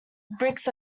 bricks